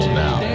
now